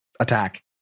Attack